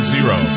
Zero